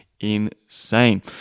insane